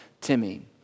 Timmy